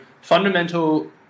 fundamental